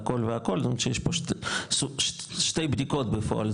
יש 2 בדיקות בפועל,